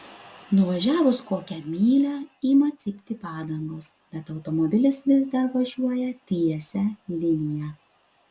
nuvažiavus kokią mylią ima cypti padangos bet automobilis vis dar važiuoja tiesia linija